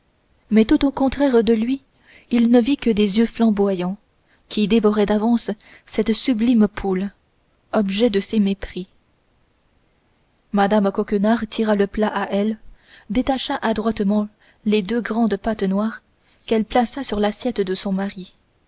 mais tout au contraire de lui il ne vit que des yeux flamboyants qui dévoraient d'avance cette sublime poule objet de ses mépris mme coquenard tira le plat à elle détacha adroitement les deux grandes pattes noires qu'elle plaça sur l'assiette de son mari